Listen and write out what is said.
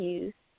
use